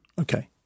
Okay